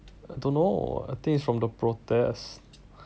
I don't know I think it's from the protest